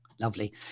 Lovely